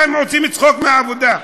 אתם עושים צחוק מעבודה.